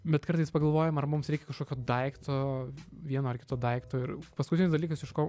bet kartais pagalvojam ar mums reikia kažkokio daikto vieno ar kito daikto ir paskutinis dalykas iš ko